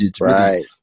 right